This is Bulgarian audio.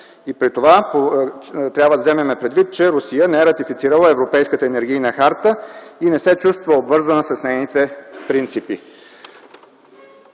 и при това трябва да вземем предвид, че Русия не е ратифицирала Европейската енергийна харта и не се чувства обвързана с нейните принципи.